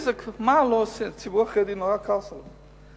מה הוא לא עושה, הציבור החרדי נורא כעס עליו.